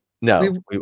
No